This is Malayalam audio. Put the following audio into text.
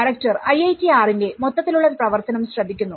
ഡയറക്ടർ ഐഐടിആറിന്റെ മൊത്തത്തിലുള്ള പ്രവർത്തനം ശ്രദ്ധിക്കുന്നു